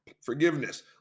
forgiveness